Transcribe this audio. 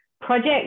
project